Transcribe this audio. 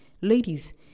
ladies